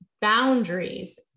boundaries